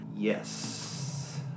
Yes